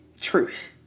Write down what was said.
truth